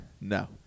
no